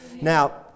Now